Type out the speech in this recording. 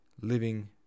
living